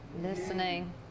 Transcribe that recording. Listening